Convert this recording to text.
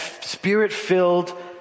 spirit-filled